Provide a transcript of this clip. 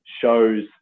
shows